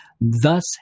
thus